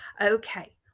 Okay